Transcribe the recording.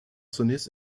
zunächst